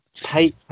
pay